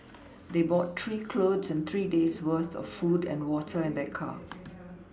they brought some clothes and three days' worth of food and water in their car